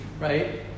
right